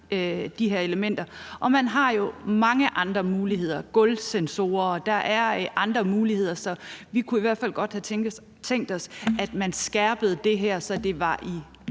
de her elementer. Og man har jo mange andre muligheder, bl.a. gulvsensorer og andre ting. Vi kunne i hvert fald godt have tænkt os, at man skærpede det her, så det var i